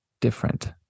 different